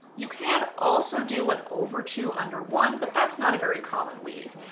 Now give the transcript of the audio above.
you can also do one over two, under one, but that's not a very common weave.